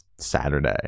saturday